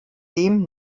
dem